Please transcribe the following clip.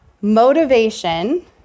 Motivation